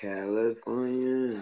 California